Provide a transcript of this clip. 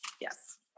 Yes